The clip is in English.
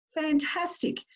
Fantastic